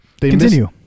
Continue